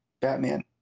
Batman